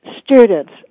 students